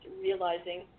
realizing